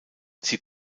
sie